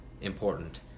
Important